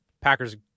Packers